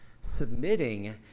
submitting